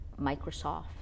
Microsoft